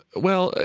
well,